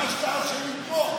ביקשת אז שאני אתמוך.